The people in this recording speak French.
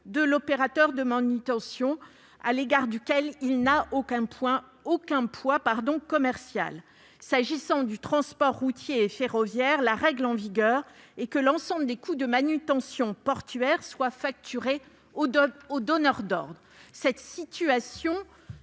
de l'opérateur de manutention, sur lequel il n'a aucun moyen de pression commercial. S'agissant du transport routier et ferroviaire, la règle en vigueur est que l'ensemble des coûts de la manutention portuaire est facturé au donneur d'ordre. Cette situation